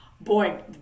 Boy